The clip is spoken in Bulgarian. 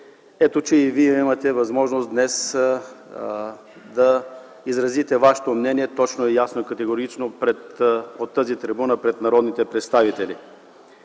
Ето, че и Вие имате възможност днес да изразите Вашето мнение точно, ясно и категорично от тази трибуна пред народните представители.